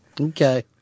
Okay